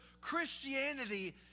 Christianity